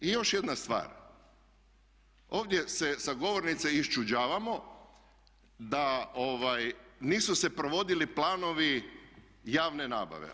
I još jedna stvar, ovdje se sa govornice iščuđavamo da nisu se provodili planovi javne nabave.